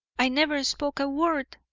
i never spoke a word,